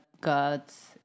Gods